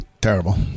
Terrible